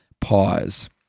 pause